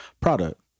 product